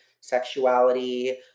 sexuality